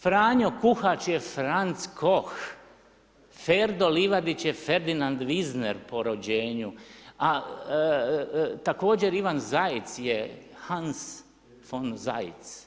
Franjo Kuhar čiji je Franc Koh, Ferdo Livadić je Ferdinand Vizner po rođenju, a također Ivan Zajc, je Hans von Zajc.